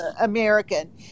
american